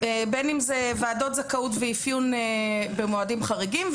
בין אם זה ועדות זכאות ואפיון במועדים חריגים,